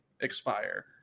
expire